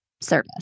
service